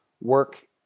work